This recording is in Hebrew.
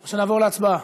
או שנעבור להצבעה?